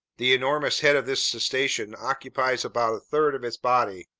the enormous head of this cetacean occupies about a third of its body.